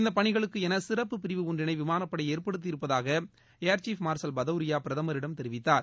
இந்தப் பணிகளுக்கென சிறப்பு பிரிவு ஒன்றினை விமானப்படை ஏற்படுத்தியிருப்பதாக ஏர் சீப் மார்ஷல் பதௌரியா பிரதமரிடம் தெரிவித்தார்